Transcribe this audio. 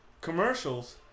commercials